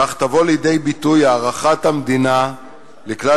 כך תבוא לידי ביטוי הערכת המדינה לכלל